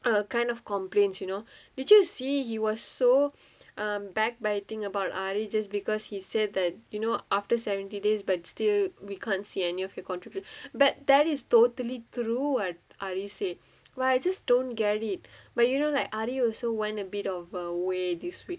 a kind of complaints you know did you see he was so I'm back biting ali it just because he said that you know after seventy days but still we can't see any of you contribute but that is totally true ali said but I just don't get it but you know like already you also went a bit of a~ away this week